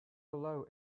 below